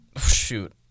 Shoot